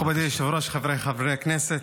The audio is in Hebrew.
מכובדי היושב-ראש, חבריי חברי הכנסת,